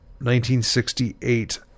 1968